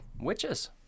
witches